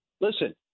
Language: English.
Listen